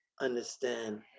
understand